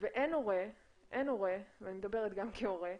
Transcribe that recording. ואין הורה, ואני מדברת גם כהורה,